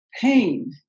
pain